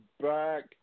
back